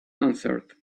answered